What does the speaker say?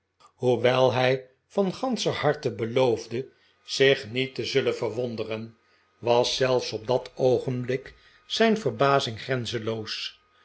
hoewel hij van ganscher harte beloofde zich niet te zullen verwonderen was zelfs op dat oogenblik zijn verbazing grenzenloos